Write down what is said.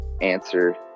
answer